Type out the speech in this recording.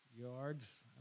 yards